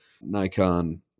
Nikon